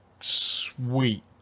sweet